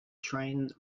train